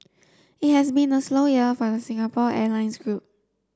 it has been a slow year for the Singapore Airlines group